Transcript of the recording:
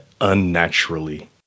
unnaturally